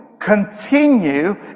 continue